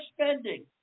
spending